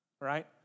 right